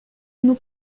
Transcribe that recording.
nous